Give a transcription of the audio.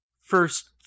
first